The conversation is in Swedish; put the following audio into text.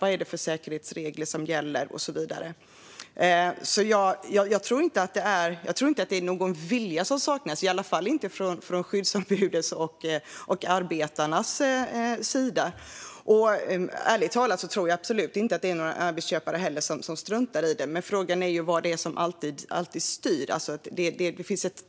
Vilka säkerhetsregler gäller, och så vidare? Jag tror inte att det saknas en vilja, i alla fall inte från skyddsombudens och arbetarnas sida. Ärligt talat tror jag inte att det finns några arbetsköpare som struntar i frågorna, men vad är det som alltid styr?